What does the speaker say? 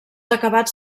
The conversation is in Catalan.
acabats